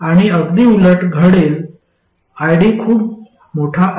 आणि अगदी उलट घडेल id खूप मोठा आहे